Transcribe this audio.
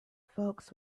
folks